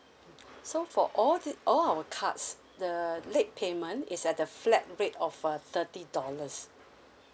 so for all thi~ all our cards the the late payment is at the flat rate of uh thirty dollars